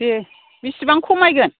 दे बेसेबां खमायगोन